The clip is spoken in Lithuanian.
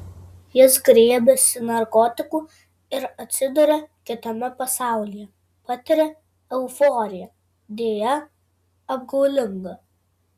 jis griebiasi narkotikų ir atsiduria kitame pasaulyje patiria euforiją deja apgaulingą